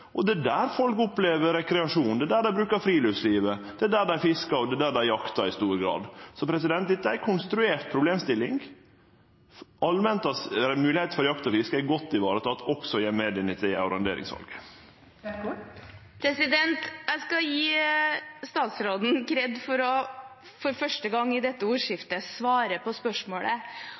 og det er der folk opplever rekreasjon, det er der dei lever friluftslivet, det er der dei fiskar, og det er der dei jaktar, i stor grad. Så dette er ei konstruert problemstilling. Allmenta si moglegheit for jakt og fiske er godt vareteke, også gjennom dette arronderingssalet. Jeg skal gi statsråden «kred» for at han for første gang i dette ordskiftet svarer på spørsmålet.